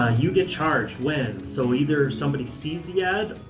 ah you get charged when? so either somebody sees the ad